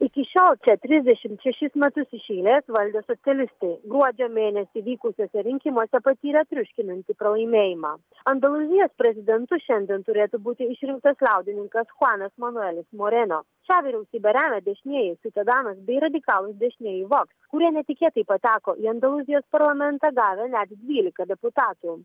iki šiol čia trisdešimt šešis metus iš eilės valdė socialistai gruodžio mėnesį vykusiuose rinkimuose patyrę triuškinantį pralaimėjimą andalūzijos prezidentu šiandien turėtų būti išrinktas liaudininkas chuanas manuelis moreno šią vyriausybę remia dešinieji ciudadanos bei radikalūs dešinieji vox kurie netikėtai pateko į andalūzijos parlamentą gavę net dvylika deputatų